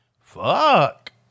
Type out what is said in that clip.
Fuck